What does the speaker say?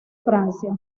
francia